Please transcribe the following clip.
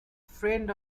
friend